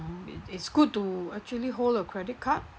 it it's good to actually hold a credit card